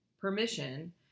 permission